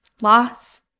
Loss